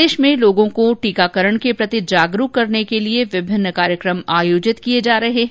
प्रदेश में लोगों को टीकाकरण के प्रति जागरूक करने के लिये विभिन्न कार्यक्रम आयोजित किये जा रहे हैं